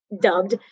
dubbed